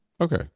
Okay